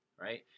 right